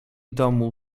domu